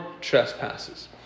trespasses